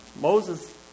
Moses